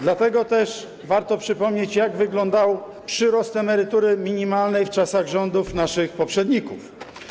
Dlatego też warto przypomnieć, jak wyglądał przyrost emerytury minimalnej w czasach rządów naszych poprzedników.